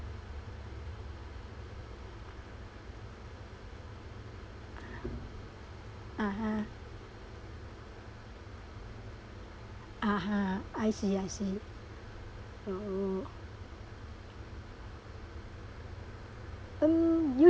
(uh huh) (uh huh) I see I see you mm you